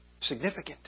Significant